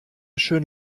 schön